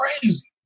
crazy